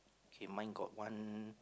K mine got one